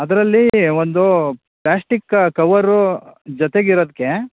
ಅದ್ರಲ್ಲಿ ಒಂದು ಪ್ಲಾಸ್ಟಿಕ್ಕ ಕವರು ಜೊತೆಗಿರದಕ್ಕೆ